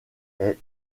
est